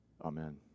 Amen